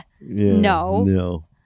No